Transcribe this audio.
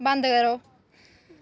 बंद करो